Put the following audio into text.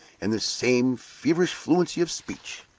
and the same feverish fluency of speech.